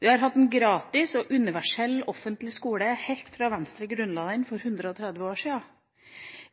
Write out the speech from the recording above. Vi har hatt en gratis og universell offentlig skole helt fra Venstre grunnla den for 130 år siden.